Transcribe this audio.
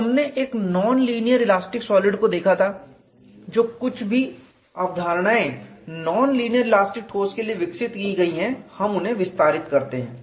तो हमने एक नॉन लीनियर इलास्टिक सॉलिड को देखा था जो कुछ भी अवधारणाएं नॉन लीनियर इलास्टिक ठोस के लिए विकसित की गई हैं हम उन्हें विस्तारित करते हैं